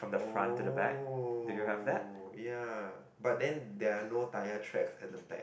oh ya but then there are no tyre tracks at the back